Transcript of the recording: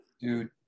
Dude